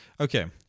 Okay